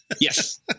Yes